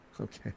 Okay